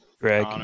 Greg